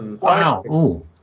Wow